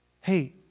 Hey